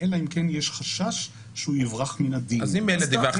אני חושב שאין בינינו מחלוקת